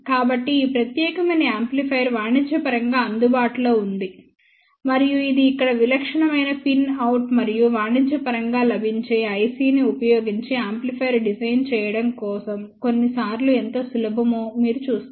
కాబట్టి ఈ ప్రత్యేకమైన యాంప్లిఫైయర్ వాణిజ్యపరంగా అందుబాటులో ఉంది మరియు ఇది ఇక్కడ విలక్షణమైన పిన్ అవుట్ మరియు వాణిజ్యపరంగా లభించే IC ని ఉపయోగించి యాంప్లిఫైయర్ డిజైన్ చేయడం కొన్నిసార్లు ఎంత సులభమో మీరు చూస్తారు